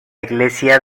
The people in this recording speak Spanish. iglesia